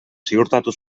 ziurtatu